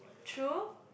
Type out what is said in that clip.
true